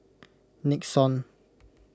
Nixon